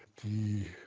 the